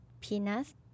Peanuts